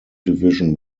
division